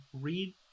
read